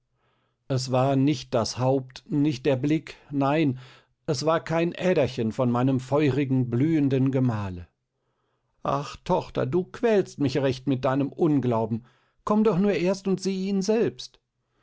es war nicht das haupt nicht der blick nein es war kein äderchen von meinem feurigen blühenden gemahle ach tochter du quälst mich recht mit deinem unglauben komm doch nur erst und siehe ihn selbst